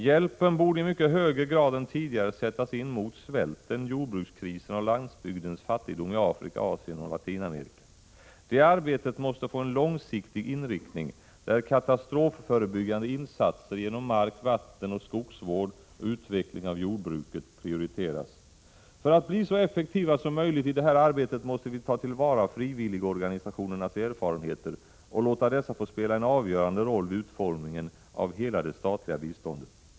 Hjälpen borde i mycket högre grad än tidigare sättas in mot svälten, jordbrukskrisen och landsbygdens fattigdom i Afrika, Asien och Latinamerika. Det arbetet måste få en långsiktig inriktning, där katastrofförebyggande insatser genom mark-, vattenoch skogsvård och utveckling av jordbruket prioriteras. För att bli så effektiva som möjligt i det här arbetet måste vi ta till vara frivilligorganisationernas erfarenheter och låta dessa få spela en avgörande roll vid utformningen av hela det statliga biståndet.